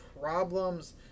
problems